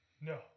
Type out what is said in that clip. No